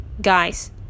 guys